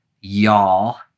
y'all